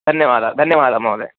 धन्यवादः धन्यवादः महोदय